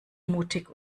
mutig